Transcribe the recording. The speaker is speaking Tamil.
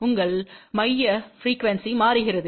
உங்கள் மைய ப்ரீக்குவெண்ஸிணும் மாறுகிறது